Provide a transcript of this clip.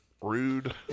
rude